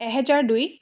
এহেজাৰ দুই